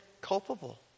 culpable